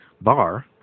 bar